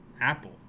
Apple